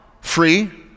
free